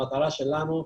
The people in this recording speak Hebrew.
המטרה שלנו,